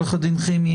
עו"ד חימי,